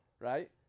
Right